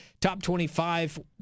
top-25